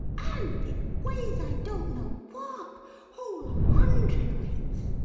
and it weighs i don't know what whole hundredweights!